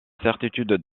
certitude